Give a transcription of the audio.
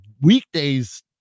weekdays